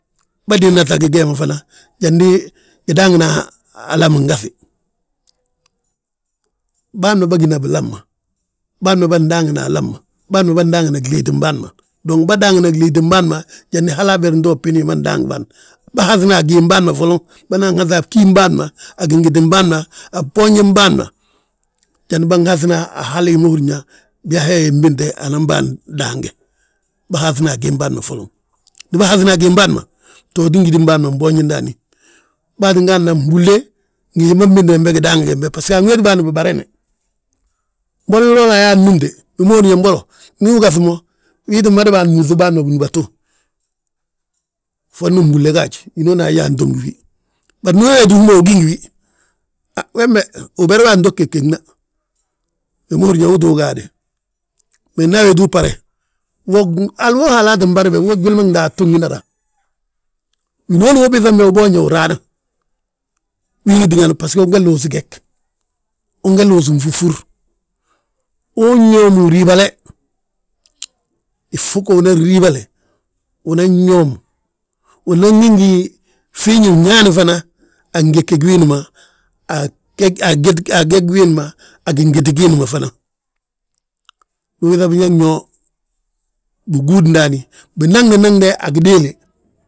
Bâ diinna ŧagi gee ma fana jandi gidaangina alami ngaŧi. Bân ma bâgina bilam ma, bân ma ba ndaangi alam ma. Bân ma ba ndaangina gliitin bâan ma. Dong bâdaangina gliitim bân ma, jandi hala aber nto bin hi ma ndaangi bâan. Bâŧina a gim bân ma foloŋ, bânan nŋaŧi a bgím bân, a gingitin bân ma, a bgím bâan ma, a bboonjin bâan ma jandi bângaŧina hal hi húrin yaa biyaa he hi mbinte anan bân daange. Bâhaŧina a gimbân ma folon ndi bâhaŧina a gim bâan btooti giti bâan ma mboonji ndaani. Bâa tti gaadna mbúlle, ngi hi ma mbinti bembe gidaagi gembe, bisgo anwéeti bâan bibarene. Mbolo wiloo ayaa annúmte, wi ma húri yaa mbolo ndu ugaŧ mo, wii tti mada bân múŧi bân ma bindúbatu; Fondi mbúlle gaaj hinooni ayaa anto ngi fi, bari ndu we wéeti hú ma ugi ngi wi, he wembe uber wi anto geg gena, wi ma húri yaa uu ttú gaade. Me nda awéeti uu bbare, wo haloo halaa tti bare be we gwili ma gdúbatu ngina raa. Winooni we biiŧa be uboonje win raana, win wi tíngani basgo unge luus geg, uu gge luus nfúfur, uñoomi huriibale, ifogo unan riibale, unan ñoom, unan gí ngi fiiñi fnñaani fana, a ngegegi wiindi ma, a geg wiindi ma, a gingiti giindi ma fana. Ubiiŧa biñaŋn yo, bigúud ndaani, binaŋdi naŋde a gidéele.